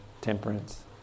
temperance